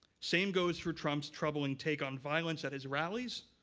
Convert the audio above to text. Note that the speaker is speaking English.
same goes for trump's troubling take on violence at his rallies,